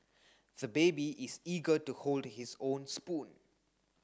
the baby is eager to hold his own spoon